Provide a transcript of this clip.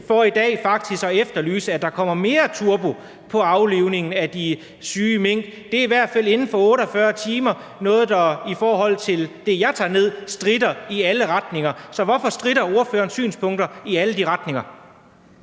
så i dag faktisk at efterlyse, at der kommer mere turbo på aflivningen af de syge mink. Det er i hvert fald inden for 48 timer noget, der, i forhold til det, jeg tager ned, stritter i alle retninger. Så hvorfor stritter ordførerens synspunkter i alle de retninger?